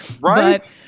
right